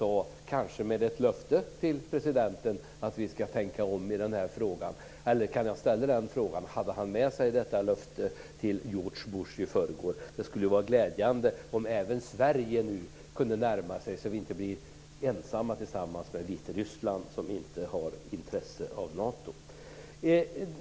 Han hade kanske med sig ett löfte till presidenten att vi ska tänka om i den här frågan. Kan jag ställa den frågan: Hade han med sig detta löfte till George Bush i förrgår? Det skulle vara glädjande om även Sverige nu kunde närma sig så att vi inte blir ensamma tillsammans med Vitryssland om att inte ha intresse av Nato.